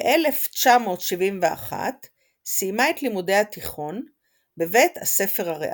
ב-1971 סיימה את לימודי התיכון בבית הספר הריאלי.